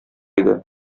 иде